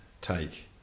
take